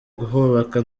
kubaka